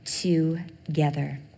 together